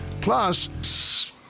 Plus